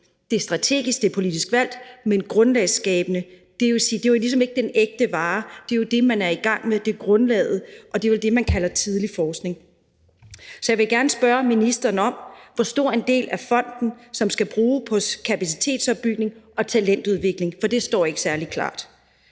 Det er strategisk, det er politisk valgt. Men grundlagsskabende er ligesom ikke den ægte vare. Det er jo det, man er i gang med. Det er grundlaget, og det er vel det, man kalder tidlig forskning. Så jeg vil gerne spørge ministeren om, hvor stor en del af fonden der skal bruges på kapacitetsopbygning og talentudvikling, for det står ikke særlig klart.